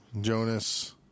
Jonas